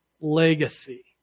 legacy